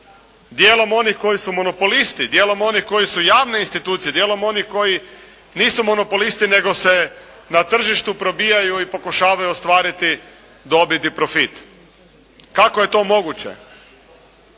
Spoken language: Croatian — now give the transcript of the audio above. djelom oni koji su monopolisti, djelom oni koji su javne institucije, djelom oni koji nisu monopolisti nego se na tržištu probijaju i pokušavaju ostvariti dobit i profit. Kako je to moguće?